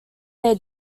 their